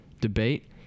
debate